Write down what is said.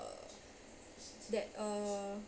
uh that uh